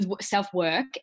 self-work